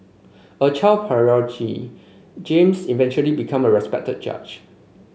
a child prodigy James eventually become a respected judge